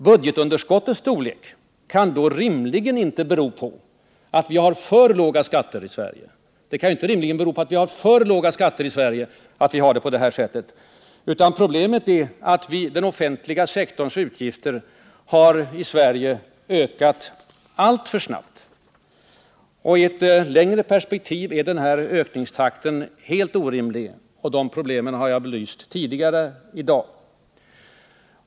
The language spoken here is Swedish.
Budgetunderskottets storlek kan då inte rimligen bero på att vi har för låga skatter i Sverige, utan problemet är att den offentliga sektorns utgifter har ökat alltför snabbt. I ett längre perspektiv är den här ökningstakten helt orimlig, och de problemen har jag belyst tidigare i dag.